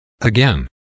Again